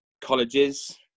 colleges